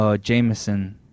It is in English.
Jameson